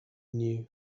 knew